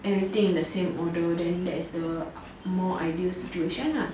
everything in the same order then that is the more ideal situation nah